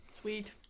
Sweet